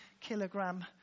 kilogram